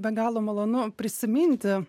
be galo malonu prisiminti